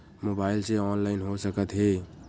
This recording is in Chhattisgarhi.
मोबाइल से ऑनलाइन हो सकत हे?